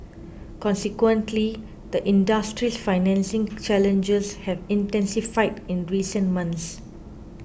consequently the industry's financing challenges have intensified in recent months